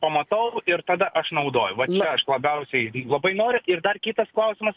pamatau ir tada aš naudoju va čia aš labiausiai labai norit ir dar kitas klausimas